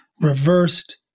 reversed